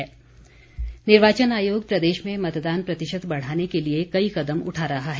दस्तावेज् निर्वाचन आयोग प्रदेश में मतदान प्रतिशत बढ़ाने के लिए कई कदम उठा रहा है